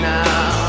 now